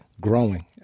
growing